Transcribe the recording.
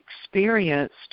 experienced